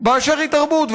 באשר היא תרבות,